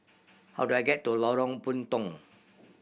how do I get to Lorong Puntong